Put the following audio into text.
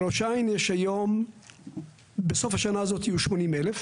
בראש העין בסוף השנה הזאת יהיו 80,000,